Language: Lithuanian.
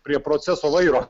prie proceso vairo